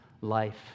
life